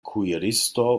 kuiristo